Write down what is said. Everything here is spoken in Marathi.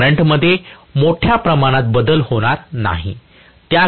करंट मध्ये मोठ्या प्रमाणात बदल होणार नाही